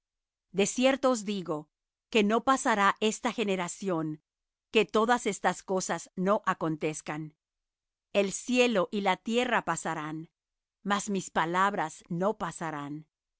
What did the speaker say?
cierto os digo que no pasará esta generación que todas estas cosas no acontezcan el cielo y la tierra pasarán mas mis palabras no pasarán